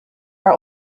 are